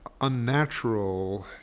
unnatural